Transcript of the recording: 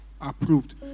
approved